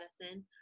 Medicine